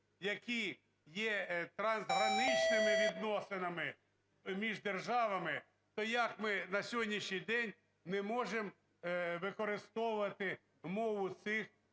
які є трансграничними відносинами між державами, то як ми на сьогоднішній день не можемо використовувати мову цих